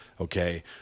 okay